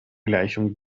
gleichung